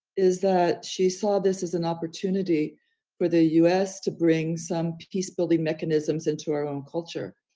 is that she saw this as an opportunity for the us to bring some peace building mechanisms into our own culture.